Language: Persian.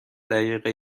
دقیقه